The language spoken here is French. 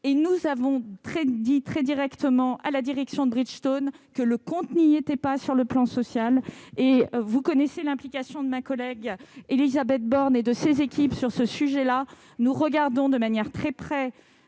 et nous avons dit très directement à la direction de Bridgestone que le compte n'y était pas sur le plan social- vous connaissez l'implication de ma collègue Élisabeth Borne et de ses équipes sur ce sujet. Nous examinons de très près